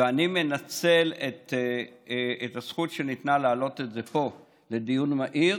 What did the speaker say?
ואני מנצל את הזכות שניתנה להעלות את זה פה לדיון מהיר